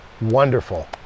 wonderful